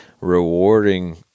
rewarding